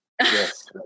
Yes